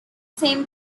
same